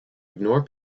ignore